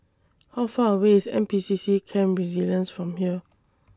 How Far away IS N P C C Camp Resilience from here